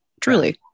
Truly